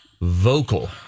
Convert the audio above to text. vocal